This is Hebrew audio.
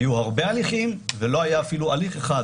היו הרבה הליכים ולא היה אפילו הליך אחד